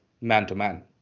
man-to-man